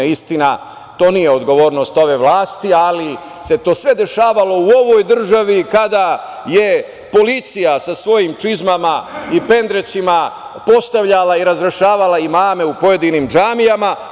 Istina, to nije odgovornost ove vlasti, ali se sve to dešavalo u ovoj državi kada je policija sa svojim čizmama i pendrecima postavljala i razrešavala imame u pojedinim džamijama.